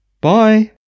bye